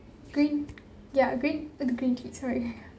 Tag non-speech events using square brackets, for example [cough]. green ya green the green tea sorry [laughs]